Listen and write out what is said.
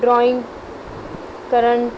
drawing करणु